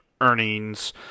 earnings